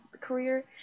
career